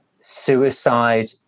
suicide